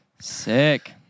Sick